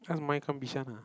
ask Mai come Bishan lah